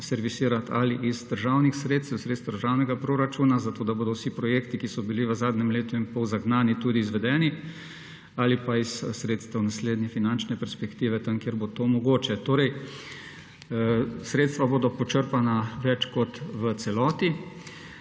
servisirati ali iz državnih sredstev, sredstev državnega proračuna zato, da bodo vsi projekti, ki so bili v zadnjem letu in pol zagnani, tudi izvedeni, ali pa iz sredstev iz naslednje finančne perspektive tam, kjer bo to mogoče. Torej sredstva bodo počrpana več kot v celoti.